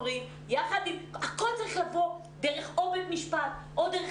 והכול צריך לבוא דרך הפגנות,